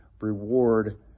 reward